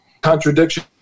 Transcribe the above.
contradiction